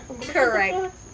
Correct